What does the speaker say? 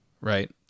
Right